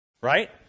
Right